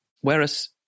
Whereas